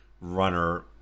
runner